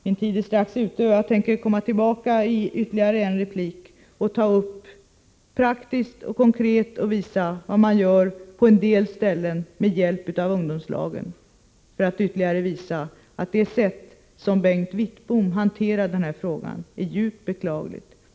Min taletid är strax slut, men jag tänker komma tillbaka i ytterligare en replik och tala om vad man praktiskt och konkret gör på en del ställen med hjälp av ungdomslagen. Detta gör jag för att ytterligare visa att det sätt som Bengt Wittbom hanterar den här frågan är djupt beklagligt.